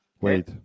Wait